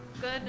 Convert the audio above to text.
good